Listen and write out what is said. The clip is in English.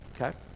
Okay